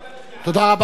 הוא משיב.